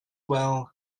well